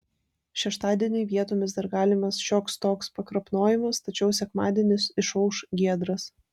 šeštadienį vietomis dar galimas šioks toks pakrapnojimas tačiau sekmadienis išauš giedras